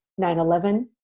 9-11